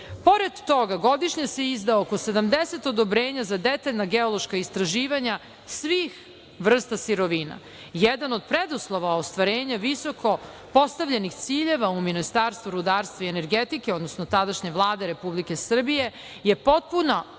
Bora. Pored toga, godišnje se izda oko 70 odobrenja za detaljna geološka istraživanja svih vrsta sirovina. Jedan od preduslova ostvarenja visoko postavljenih ciljeva u Ministarstvu rudarstva i energetike, odnosno tadašnje Vlade Republike Srbije, je potpuna